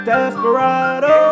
Desperado